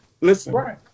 Listen